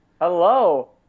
Hello